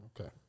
Okay